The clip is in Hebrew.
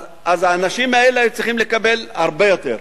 אז האנשים האלה היו צריכים לקבל הרבה יותר,